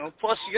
Plus